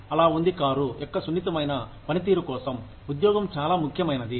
అలా ఉంది కారు యొక్క సున్నితమైన పనితీరు కోసం ఉద్యోగం చాలా ముఖ్యమైనది